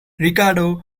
ricardo